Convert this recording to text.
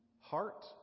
heart